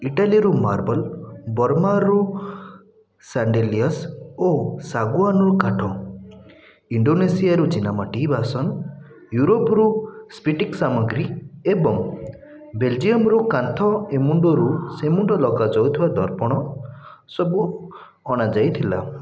ଇଟାଲୀରୁ marble ବର୍ମାରୁ chandeliers ଓ ଶାଗୁଆନରୁ କାଠ ଇଣ୍ଡୋନେସିଆରୁ ଚୀନାମାଟି ବାସନ ୟୁରୋପରୁ ସ୍ପିଟିକ୍ ସାମଗ୍ରୀ ଏବଂ ବେଲଜିୟମ୍ରୁ କାନ୍ଥ ଏମୁଣ୍ଡରୁ ସେମୁଣ୍ଡ ଲଗାଯାଉଥିବା ଦର୍ପଣ ସବୁ ଅଣାଯାଇଥିଲା